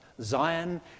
Zion